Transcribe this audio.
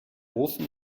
ofen